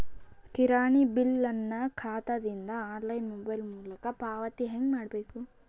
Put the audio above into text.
ಕಿರಾಣಿ ಬಿಲ್ ನನ್ನ ಖಾತಾ ದಿಂದ ಆನ್ಲೈನ್ ಮೊಬೈಲ್ ಮೊಲಕ ಪಾವತಿ ಹೆಂಗ್ ಮಾಡಬೇಕು?